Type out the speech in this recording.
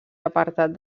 apartat